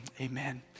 amen